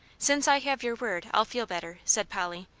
since i have your word, i'll feel better, said polly.